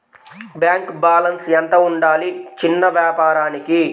Bank balance ఎంత ఉండాలి చిన్న వ్యాపారానికి?